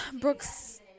Brooks